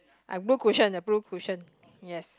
ah blue cushion the blue cushion yes